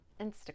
Instagram